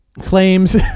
claims